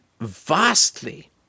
vastly